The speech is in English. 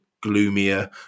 gloomier